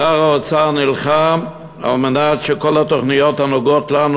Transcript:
שר האוצר נלחם על מנת שכל התוכניות הנוגעות לנו,